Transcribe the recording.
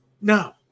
No